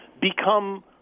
become